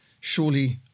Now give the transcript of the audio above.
Surely